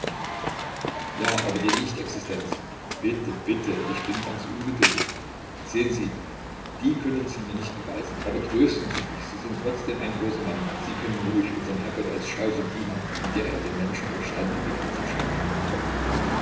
ja aber die nichtexistenz bitte bitte ich bin ganz ungeduldig sehen sie die können sie mir nicht beweisen aber trösten sie sich sie sind trotzdem ein großer mann sie können ruhig unserm herrgott als schaufel dienen mit der er den menschen verstand in die köpfe schaufelt